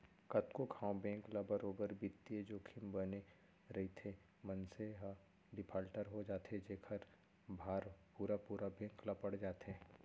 कतको घांव बेंक ल बरोबर बित्तीय जोखिम बने रइथे, मनसे ह डिफाल्टर हो जाथे जेखर भार पुरा पुरा बेंक ल पड़ जाथे